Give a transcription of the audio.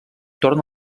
torna